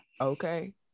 okay